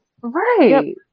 Right